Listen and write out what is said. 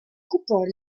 coupole